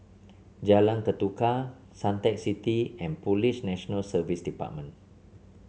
Jalan Ketuka Suntec City and Police National Service Department